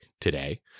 today